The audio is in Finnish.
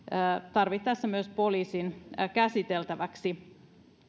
tarvittaessa myös poliisin käsiteltäväksi